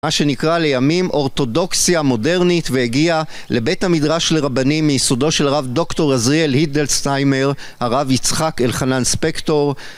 מה שנקרא לימים אורתודוקסיה מודרנית והגיעה לבית המדרש לרבנים מיסודו של הרב דוקטור עזריאל הידלצטיימר, הרב יצחק אלחנן ספקטור